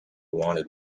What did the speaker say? wanted